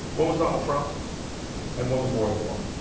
well, most donald trump and one was roy moore